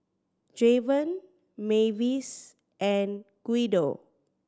Javon Mavis and Guido